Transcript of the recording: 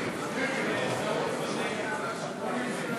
סיעת הרשימה המשותפת